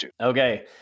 okay